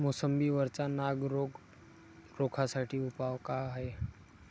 मोसंबी वरचा नाग रोग रोखा साठी उपाव का हाये?